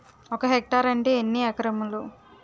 ఒక హెక్టార్ అంటే ఎన్ని ఏకరములు?